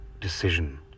decision